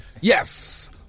Yes